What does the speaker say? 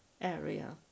area